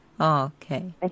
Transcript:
okay